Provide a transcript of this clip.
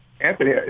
Anthony